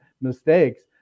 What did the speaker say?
mistakes